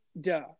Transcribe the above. duh